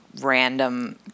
random